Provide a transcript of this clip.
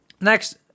next